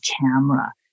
camera